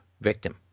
victim